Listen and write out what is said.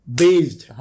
based